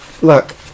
Look